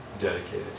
dedicated